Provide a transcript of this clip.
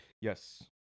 Yes